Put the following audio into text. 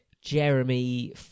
Jeremy